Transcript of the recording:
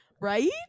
right